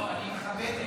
לא, אני מכבד את הכנסת.